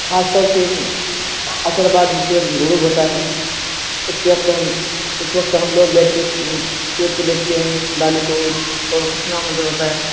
خاص طور سے عصر بعد جیسے غروب ہوتا ہے اس وقت پہ ہم اس وقت پہ ہم لوگ بیٹھ کے اس کو سورج کو دیکھتے ہیں لالی کو بہت خوش نما منظر ہوتا ہے